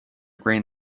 green